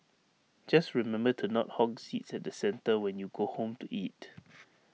just remember to not hog seats at the centre when you go home to eat